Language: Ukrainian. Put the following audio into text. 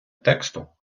тексту